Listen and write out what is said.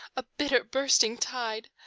a bitter bursting tide,